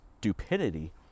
stupidity